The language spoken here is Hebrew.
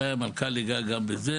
והמנכ"ל ייגע גם בזה,